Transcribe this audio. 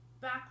back